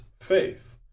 faith